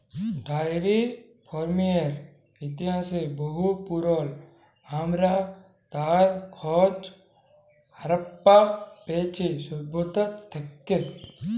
diary ফার্মিংয়ের ইতিহাস বহু পুরল, হামরা তার খজ হারাপ্পা পাইছি সভ্যতা থেক্যে